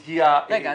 רגע,